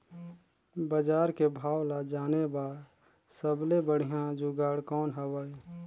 बजार के भाव ला जाने बार सबले बढ़िया जुगाड़ कौन हवय?